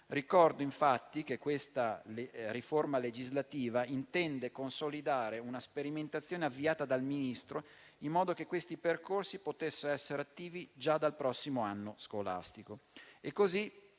Ricordo infatti che questa riforma legislativa intende consolidare una sperimentazione avviata dal Ministro, in modo che questi percorsi possano essere attivi già dal prossimo anno scolastico.